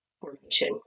formation